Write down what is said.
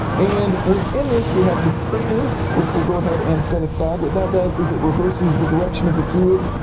and within this we have the stator which we'll go ahead and set aside. and what that does is it reverses the direction of the fluid,